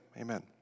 amen